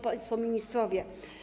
Państwo Ministrowie!